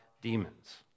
demons